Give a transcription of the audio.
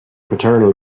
paternal